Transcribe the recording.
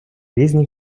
різні